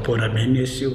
porą mėnesių